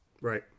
Right